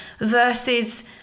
versus